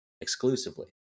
exclusively